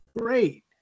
great